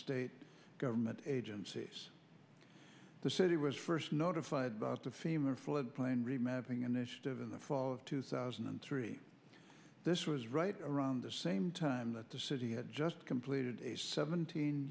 state government agencies the city was first notified about the fema flood plain remapping initiative in the fall of two thousand and three this was right around the same time that the city had just completed a seventeen